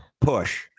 Push